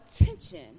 attention